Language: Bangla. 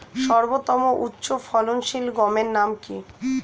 সর্বতম উচ্চ ফলনশীল গমের নাম কি?